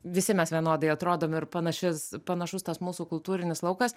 visi mes vienodai atrodom ir panašius panašus tas mūsų kultūrinis laukas